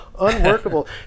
Unworkable